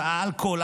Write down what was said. האלכוהול,